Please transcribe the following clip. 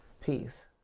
Peace